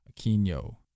Aquino